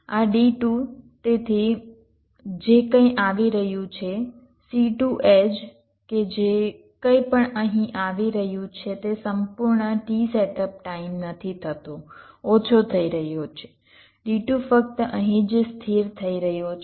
આ D2 તેથી જે કંઇ આવી રહ્યું છે C2 એડ્જ કે જે કંઈપણ અહીં આવી રહ્યું છે તે સંપૂર્ણ t સેટઅપ ટાઈમ નથી થતો ઓછો થઈ રહ્યો છે D2 ફક્ત અહીં જ સ્થિર થઈ રહ્યો છે